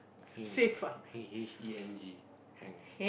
Heng Heng H E N G Hang